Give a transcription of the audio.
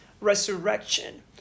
resurrection